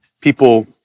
people